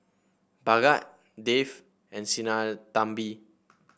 Bhagat Dev and Sinnathamby